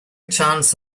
chance